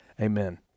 Amen